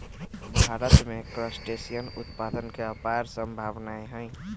भारत में क्रस्टेशियन उत्पादन के अपार सम्भावनाएँ हई